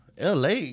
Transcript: LA